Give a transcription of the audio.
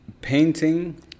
painting